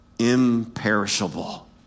imperishable